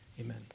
Amen